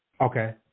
Okay